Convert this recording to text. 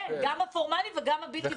כן, גם הפורמלי וגם הבלתי פורמלי.